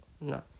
no